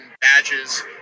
badges